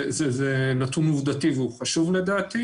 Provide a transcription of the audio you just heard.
זה נתון עובדתי, והוא חשוב לדעתי